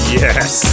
yes